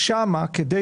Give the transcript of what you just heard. שם, כדי